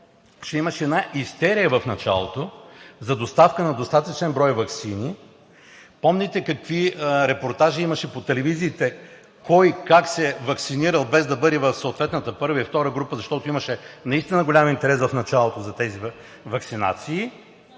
че имаше една истерия в началото за доставка на достатъчен брой ваксини. Помните какви репортажи имаше по телевизиите кой, как се е ваксинирал, без да бъде в съответната първа и втора група, защото имаше наистина голям интерес в началото за тези ваксинации.